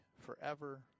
forever